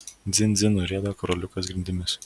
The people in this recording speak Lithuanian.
dzin dzin nurieda karoliukas grindimis